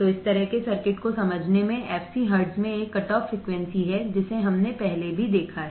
तो इस तरह के सर्किट को समझने में Fc हर्ट्ज में एक कट ऑफ़ फ्रिकवेंसी है जिसे हमने पहले भी देखा है